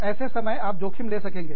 ऐसे समय आप जोखिम ले सकेंगे